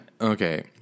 okay